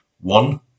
One